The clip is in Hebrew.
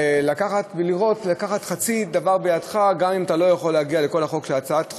לקחת חצי דבר בידך גם אם אתה לא יכול להגיע לכל הצעת החוק,